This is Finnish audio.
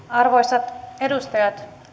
arvoisat edustajat